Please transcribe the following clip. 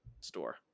store